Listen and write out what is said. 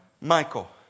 Michael